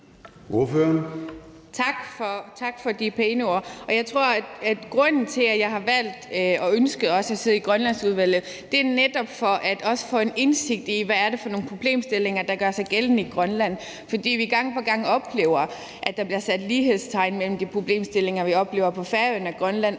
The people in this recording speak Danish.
Tak for de pæne ord. Jeg tror, at grunden til, at jeg har valgt og ønsket også at sidde i Grønlandsudvalget, er netop for også at få en indsigt i, hvad det er nogle problemstillinger, der gør sig gældende i Grønland, fordi vi gang på gang oplever, at der bliver sat lighedstegn mellem de problemstillinger, vi oplever på Færøerne og i Grønland,